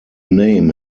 name